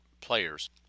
players